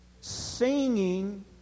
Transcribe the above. Singing